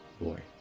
boy